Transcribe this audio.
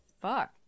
Fuck